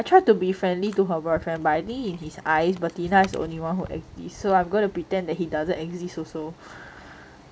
I try to be friendly to her boyfriend but I think in his eyes bettina is the only one who exist so I'm gonna pretend that he doesn't exist also